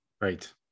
right